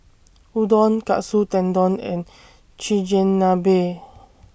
Udon Katsu Tendon and Chigenabe